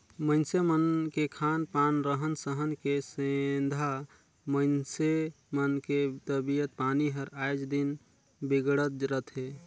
मइनसे मन के खान पान, रहन सहन के सेंधा मइनसे मन के तबियत पानी हर आय दिन बिगड़त रथे